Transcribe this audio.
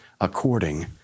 according